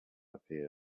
appeared